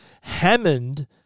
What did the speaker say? Hammond